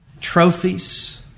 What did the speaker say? trophies